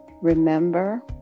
Remember